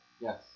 Yes